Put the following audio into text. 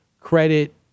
credit